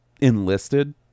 enlisted